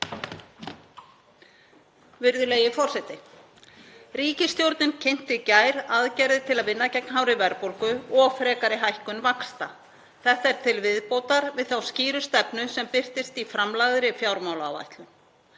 Virðulegi forseti. Ríkisstjórnin kynnti í gær aðgerðir til að vinna gegn hárri verðbólgu og frekari hækkun vaxta. Þetta er til viðbótar við þá skýru stefnu sem birtist í framlagðri fjármálaáætlun.